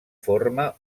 forma